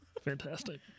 Fantastic